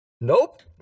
Nope